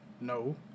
No